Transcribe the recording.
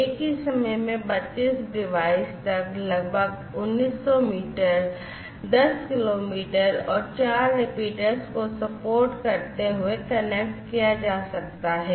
एक ही समय में 32 डिवाइस तक लगभग 1900 मीटर 10 किलोमीटर और 4 रिपीटर्स को सपोर्ट करते हुए कनेक्ट किया जा सकता है